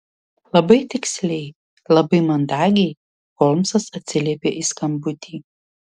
labai tiksliai labai mandagiai holmsas atsiliepė į skambutį